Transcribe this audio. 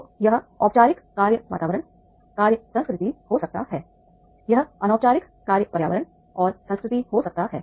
तो यह औपचारिक कार्य वातावरण कार्य संस्कृति हो सकता है यह अनौपचारिक कार्य पर्यावरण और संस्कृति हो सकता है